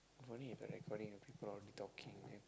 if only if the recording the people already talking then